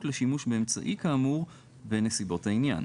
לשימוש באמצעי כאמור בנסיבות העניין,